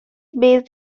based